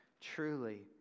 Truly